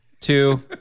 two